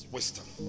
Wisdom